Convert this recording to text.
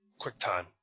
QuickTime